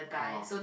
orh